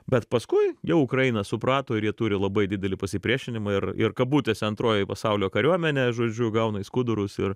bet paskui jau ukraina suprato ir jie turi labai didelį pasipriešinimą ir ir kabutėse antroji pasaulio kariuomenė žodžiu gauna į skudurus ir